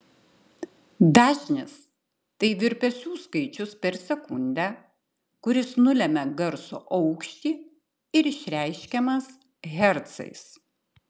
dažnis tai virpesių skaičius per sekundę kuris nulemia garso aukštį ir išreiškiamas hercais